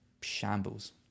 shambles